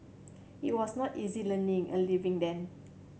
it was not easy learning a living then